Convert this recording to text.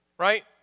Right